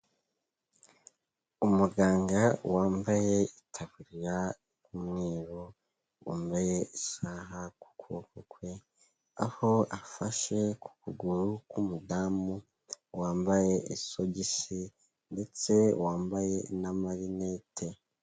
Umuganga wambaye itaburiya y'umweru wambaye isaha ku kuboko kwe aho afashe ku kuguru k'umudamu wambaye isogisi ndetse wambaye n'amarinete.